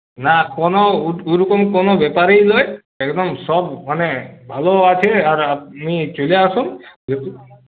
না কোনো ওরকম কোনো ব্যাপারই নয় একদম সব মানে ভালোও আছে আর আপনি চলে আসুন